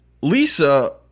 Lisa